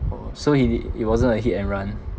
oh so he did it wasn't a hit and run